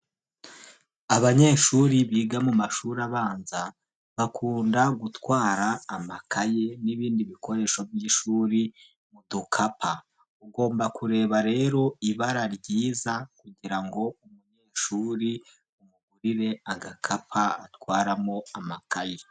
Abanyeshuri biga mu mashuri abanza, bakunda gutwara amakaye n'ibindi bikoresho by'ishuri mu dukapa, ugomba kureba rero ibara ryiza kugirango ngo umunyeshuri umugurire agakapa atwaramo amakayi.